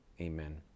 Amen